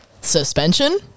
suspension